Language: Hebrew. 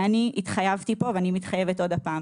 התחייבתי פה ואני מתחייבת שוב,